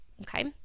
okay